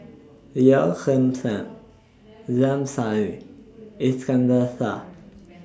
Yeoh Ghim Seng J M Sali Iskandar Shah